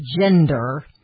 gender